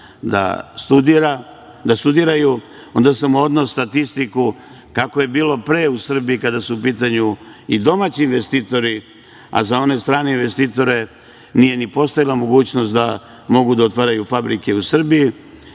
da studiraju, onda sam odneo statistiku kako je bilo pre u Srbiji kada su u pitanju i domaći investitori, a za one strane investitore nije ni postojala mogućnost da mogu da otvaraju fabrike u Srbiji.